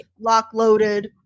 lock-loaded